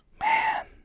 Man